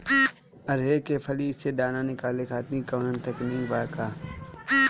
अरहर के फली से दाना निकाले खातिर कवन तकनीक बा का?